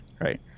right